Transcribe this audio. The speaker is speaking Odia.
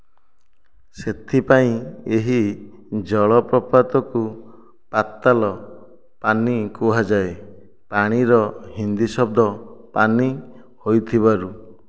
ସେଥିପାଇଁ ଏହି ଜଳପ୍ରପାତକୁ ପାତାଲ ପାନି କୁହାଯାଏ ପାଣିର ହିନ୍ଦୀ ଶବ୍ଦ ପାନି ହୋଇଥିବାରୁ